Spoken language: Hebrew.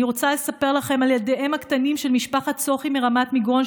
אני רוצה לספר לכם על ילדיהם הקטנים של משפחת סוכי מרמת מגרון,